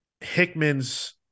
Hickman's